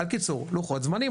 הקיצור בלוחות זמנים,